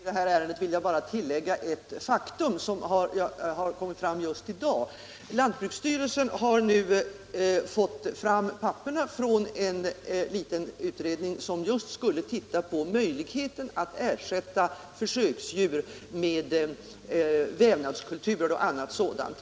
Herr talman! Som den andra av motionärerna i det här ärendet vill jag bara tillägga ett faktum som har kommit fram just i dag. Lantbruksstyrelsen har nu fått papperen från en liten utredning som skulle se på möjligheten att ersätta försöksdjur med vävnadskulturer och annat sådant.